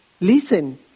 Listen